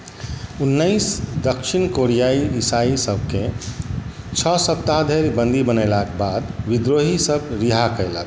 उनैस दच्छिन कोरियाइ इसाइसबके छओ सप्ताह धरि बन्दी बनेलाके बाद विद्रोहीसब रिहा केलक